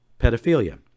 pedophilia